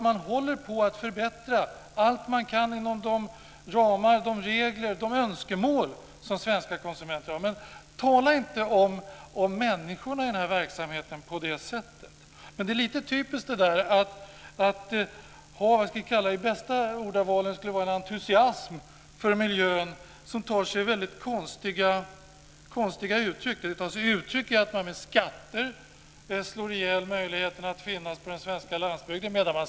Man håller på att förbättra allt man kan inom de ramar och regler som finns och de önskemål svenska konsumenter har. Men tala inte om människorna i verksamheten på det sättet. Det är lite typiskt att ha en entusiasm för miljön som tar sig konstiga uttryck, i att man med skatter slår ihjäl möjligheten att finnas på den svenska landsbygden.